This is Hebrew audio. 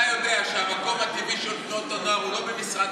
אתה יודע שהמקום הטבעי של תנועות הנוער הוא לא במשרד